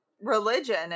religion